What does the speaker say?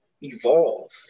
evolve